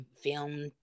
film